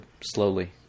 slowly